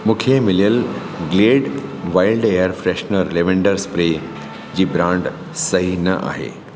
मूंखे मिलियल Glade wild air freshener lavender spray जी ब्रांड सही न आहे